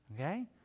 Okay